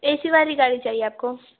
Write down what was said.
اے C والی گاڑی چاہیے آپ کو